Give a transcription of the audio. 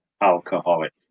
alcoholic